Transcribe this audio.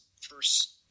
first